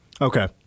Okay